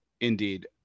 Indeed